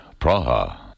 Praha